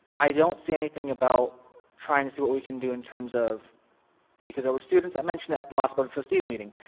i don't see anything about trying to see what we can do in terms of because there were students that mentioned it at the last board of trustees meeting,